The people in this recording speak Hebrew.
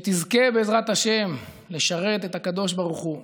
שתזכה, בעזרת השם, לשרת את הקדוש ברוך הוא